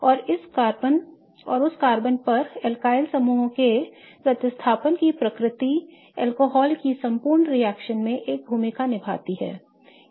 और उस कार्बन पर एल्काइल समूहों के प्रतिस्थापन की प्रकृति अल्कोहल की संपूर्ण रिएक्शन में एक भूमिका निभाती है